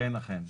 אכן, אכן.